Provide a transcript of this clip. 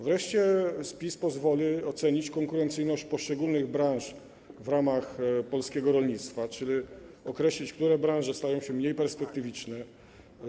Wreszcie spis pozwoli ocenić konkurencyjność poszczególnych branż w ramach polskiego rolnictwa, czyli określić, które branże stają się mniej perspektywiczne.